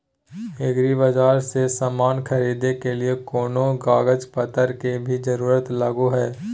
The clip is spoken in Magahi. एग्रीबाजार से समान खरीदे के लिए कोनो कागज पतर के भी जरूरत लगो है?